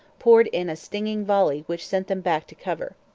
poured in a stinging volley which sent them back to cover.